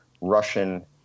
Russian